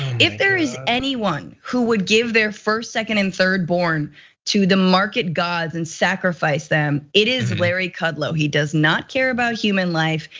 if there is anyone who would give their first, second and third born to the market gods and sacrifice them mm-hm. it is larry kudlow. he does not care about human life.